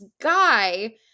guy